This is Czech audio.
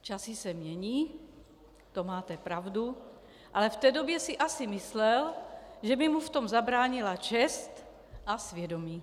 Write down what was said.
Časy se mění, to máte pravdu, ale v té době si asi myslel, že by mu v tom zabránila čest a svědomí.